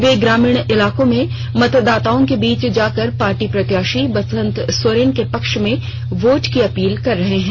वे ग्रामीण इलाकों में मतदाताओं के बीच जाकर पार्टी प्रत्याशी बसंत सोरेन के पक्ष में वोट की अपील कर रहे हैं